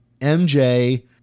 MJ